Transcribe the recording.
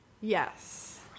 Yes